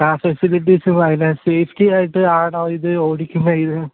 ആ ഫെസിലിറ്റീസുകൾ അതിന് സേഫ്റ്റിയായിട്ട് ആണോ ഇത് ഓടിക്കുന്നത് ഇത്